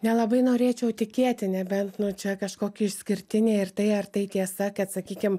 nelabai norėčiau tikėti nebent nu čia kažkokia išskirtinė ir tai ar tai tiesa kad sakykim